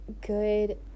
good